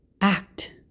act